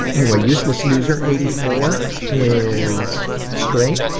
anyway useless user eighty four is straight,